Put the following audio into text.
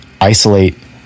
isolate